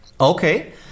okay